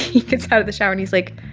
he gets out of the shower, and he's like,